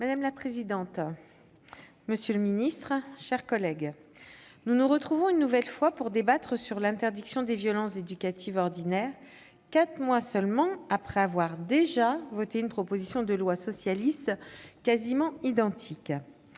Madame la présidente, monsieur le secrétaire d'État, chers collègues, nous nous retrouvons une nouvelle fois pour débattre de l'interdiction des violences éducatives ordinaires, quatre mois seulement après avoir voté une proposition de loi socialiste quasiment identique